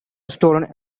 stolen